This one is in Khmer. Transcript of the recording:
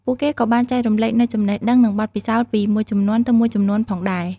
ពួកគេក៏បានចែករំលែកនូវចំណេះដឹង និងបទពិសោធន៍ពីមួយជំនាន់ទៅមួយជំនាន់ផងដែរ។